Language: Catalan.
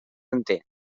enter